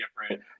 different